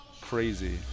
crazy